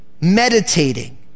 Meditating